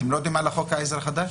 אתם לא יודעים על חוק העזר החדש?